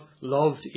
loved